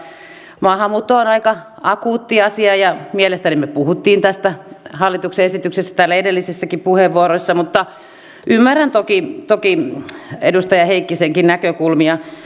mutta maahanmuutto on aika akuutti asia ja mielestäni me puhuimme tästä hallituksen esityksestä täällä edellisissäkin puheenvuoroissa mutta ymmärrän toki edustaja heikkisenkin näkökulmia